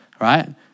Right